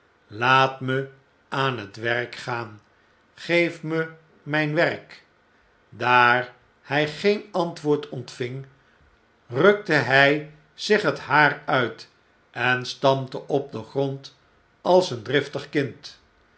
laat me aan het werk gaan geef me myn werk daar hy geen antwoord ontving rukte hy zich het haar uit en stamp te op den grond als een driftig kind